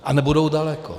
A nebudou daleko.